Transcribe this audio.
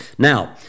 Now